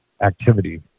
activity